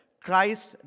Christ